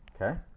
Okay